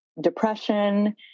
depression